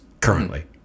currently